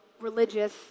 religious